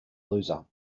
loser